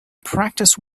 practice